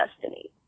destiny